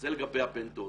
זה לגבי הבן דוד.